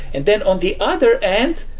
and then on the other end,